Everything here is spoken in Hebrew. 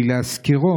כי להזכירו,